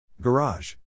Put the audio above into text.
Garage